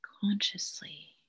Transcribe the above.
consciously